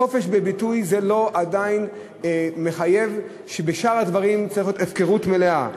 חופש ביטוי עדיין לא מחייב שבשאר הדברים צריכה להיות הפקרות מלאה,